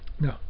No